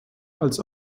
als